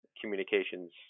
communications